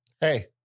Hey